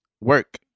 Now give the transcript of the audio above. work